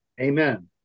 amen